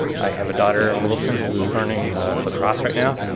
i have a daughter in wilson who is learning lacrosse right now.